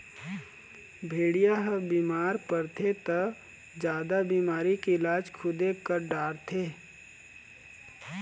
भेड़िया ह बिमार परथे त जादा बिमारी के इलाज खुदे कर डारथे